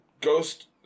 ghost